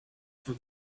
for